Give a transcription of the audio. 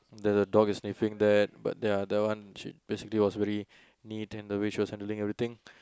the dog is sniffing that but ya that one she basically was really she was handling everything